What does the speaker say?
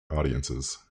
audiences